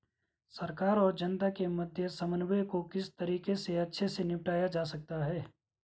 सरकार और जनता के मध्य समन्वय को किस तरीके से अच्छे से निपटाया जा सकता है?